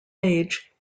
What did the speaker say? age